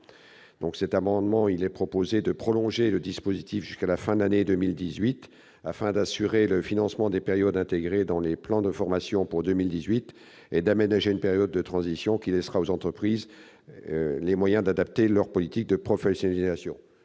Il est donc proposé de prolonger le dispositif jusqu'à la fin de l'année 2018, afin d'assurer le financement des périodes intégrées dans les plans de formation pour 2018 et d'aménager une période de transition qui laissera aux entreprises les moyens d'adapter leur politique de professionnalisation.